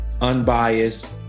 unbiased